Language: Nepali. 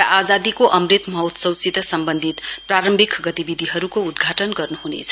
र आजादीको अमृत महोत्सवसित सम्वन्धित प्रारम्भिक गतिविधिहरूको उद्घाटन गर्नुह्नेछ